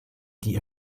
die